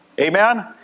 amen